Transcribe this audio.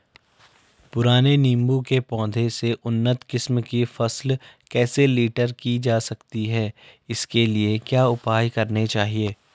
पुराने नीबूं के पौधें से उन्नत किस्म की फसल कैसे लीटर जा सकती है इसके लिए क्या उपाय करने चाहिए?